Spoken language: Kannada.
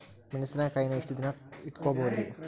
ಮೆಣಸಿನಕಾಯಿನಾ ಎಷ್ಟ ದಿನ ಇಟ್ಕೋಬೊದ್ರೇ?